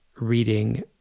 reading